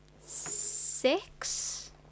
Six